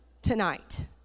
tonight